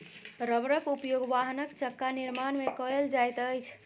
रबड़क उपयोग वाहनक चक्का निर्माण में कयल जाइत अछि